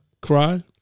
cry